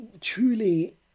truly